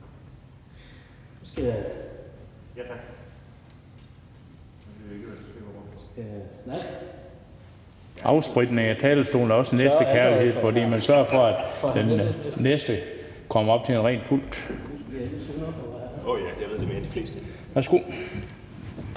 Afspritning af talerstolen er også næstekærlighed, for man sørger for, at den næste kommer op til en ren pult. Værsgo.